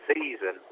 season